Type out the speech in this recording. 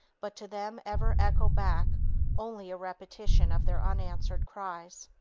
but to them ever echo back only a repetition of their unanswered cries.